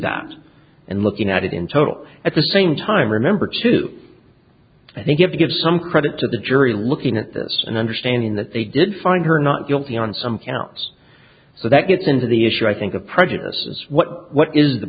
that and looking at it in total at the same time remember to i think you have to give some credit to the jury looking at this and understanding that they did find her not guilty on some counts so that gets into the issue i think a prejudice is what what is the